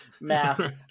Math